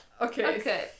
Okay